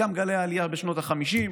גם גלי העלייה בשנות החמישים,